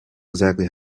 exactly